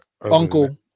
Uncle